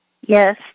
Yes